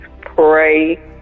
pray